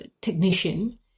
technician